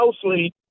closely